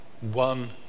one